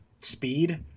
speed